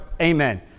Amen